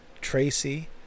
Tracy